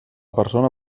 persona